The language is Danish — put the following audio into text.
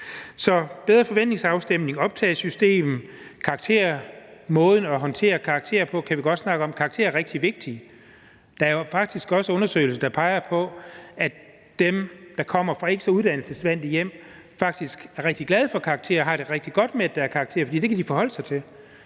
Så bedre forventningsafstemning, optagesystem, karakterer og måden at håndtere karakterer på kan vi godt snakke om. Karakterer er rigtig vigtige. Der er faktisk også undersøgelser, der peger på, at dem, der kommer fra ikke så uddannelsesvante hjem, faktisk er rigtig glade for karakterer og har det rigtig godt med, at der er karakterer, for det kan de forholde sig til.